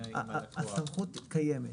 הסמכות קיימת.